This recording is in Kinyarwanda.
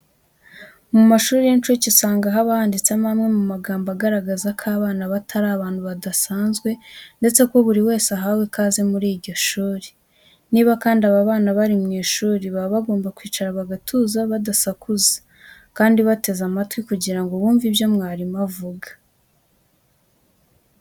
Mu mashuri y'incuke usanga haba handitsemo amwe mu magambo agaragaza ko abana bato ari abantu badasanzwe ndetse ko buri wese ahawe ikaze muri iryo shuri. Niba kandi aba bana bari mu ishuri, baba bagomba kwicara bagatuza, badasakuza kandi bateze amatwi kugira ngo bumve ibyo mwarimu avuga.